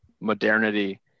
modernity